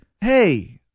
hey